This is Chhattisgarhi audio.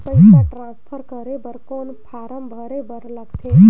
पईसा ट्रांसफर करे बर कौन फारम भरे बर लगथे?